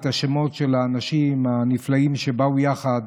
את השמות של האנשים הנפלאים שבאו יחד